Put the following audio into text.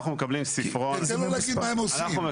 יש לנו